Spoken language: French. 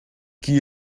qui